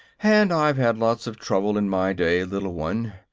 and i've had lots of trouble in my day, little one.